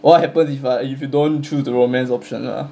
what happens if uh if you don't choose the romance option lah